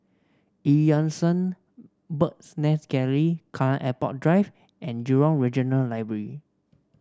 Eu Yan Sang Bird's Nest Gallery Kallang Airport Drive and Jurong Regional Library